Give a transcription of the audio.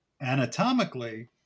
anatomically